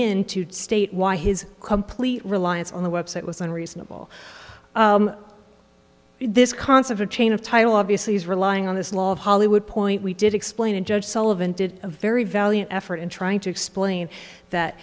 in to state why his complete reliance on the website was unreasonable this concept of chain of title obviously is relying on this law of hollywood point we did explain and judge sullivan did a very valiant effort in trying to explain that